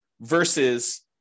versus